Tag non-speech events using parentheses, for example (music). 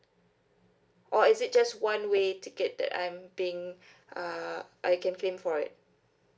or is it just one way ticket that I'm being (breath) uh I can claim for it